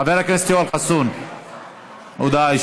בעד, 42, נגד, 20. נמנע אחד.